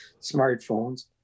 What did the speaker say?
smartphones